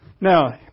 Now